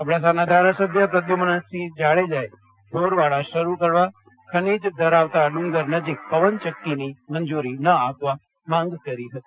અબડાસાના ધારાસભ્ય પ્રધ્યુમનસિંહ જાડેજાએ ઢોરવાડા શરૂ કરવા ખનીજ ધરાવતા ડુંગર નજીક પવનચક્કીની મંજુરી ન આપવા માગ કરી હતી